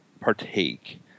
partake